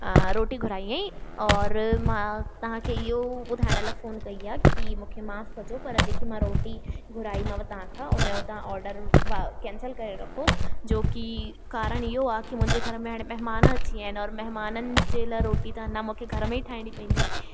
रोटी घुराई हुइ और मां तव्हांखे इहो ॿुधाइण लाइ फोन कई आहे की मूंखे माफ़ कजो पर जेकी मां रोटी घुराईमाव तव्हांखां उन जो तव्हां आर्डर भा कैंसिल करे रखो जोकी कारण इहो आहे की मुंहिंजे घर में हाणे महिमान अची विया आहिनि और महिमाननि जे लाइ रोटी त मूंखे घर में ई ठाहिणी पवंदी